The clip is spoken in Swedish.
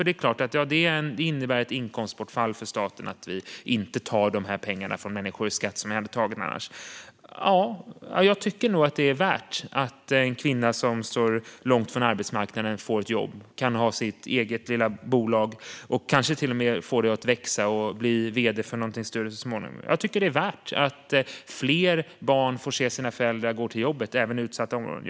Det är klart att det innebär ett inkomstbortfall för staten att vi inte tar dessa pengar från människor i skatt som vi hade tagit annars. Ja, jag tycker nog att det är värt det när en kvinna som står långt från arbetsmarknaden får ett jobb, kan ha sitt eget lilla bolag och kanske till och med får det att växa och blir vd för någonting större så småningom. Jag tycker att det är värt det när fler barn får se sina föräldrar gå till jobbet, även i utsatta områden.